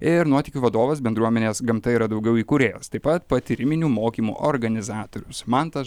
ir nuotykių vadovas bendruomenės gamta yra daugiau įkūrėjas taip pat patyriminių mokymų organizatorius mantas